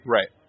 Right